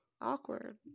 awkward